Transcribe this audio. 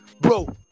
bro